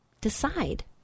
Decide